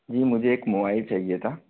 जी मुझे एक मोबाइल चाहिए था